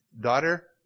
daughter